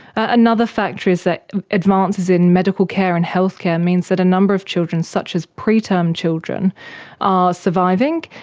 another factor is that advances in medical care and health care means that a number of children such as preterm children are surviving,